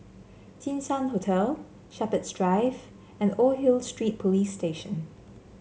Jinshan Hotel Shepherds Drive and Old Hill Street Police Station